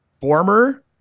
former